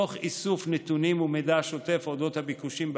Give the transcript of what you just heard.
תוך איסוף נתונים ומידע שוטף על אודות הביקושים במשק,